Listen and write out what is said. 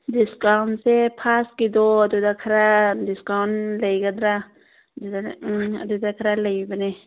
ꯗꯤꯁꯀꯥꯎꯟꯁꯦ ꯐꯥꯁꯀꯤꯗꯣ ꯑꯗꯨꯗ ꯈꯔ ꯗꯤꯁꯀꯥꯎꯟ ꯂꯩꯒꯗ꯭ꯔꯥ ꯑꯗꯨꯗꯅ ꯑꯗꯨꯗ ꯈꯔ ꯂꯩꯕꯅꯦ